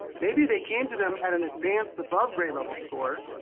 maybe they came to them at an advanced, above grade level score,